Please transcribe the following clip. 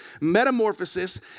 metamorphosis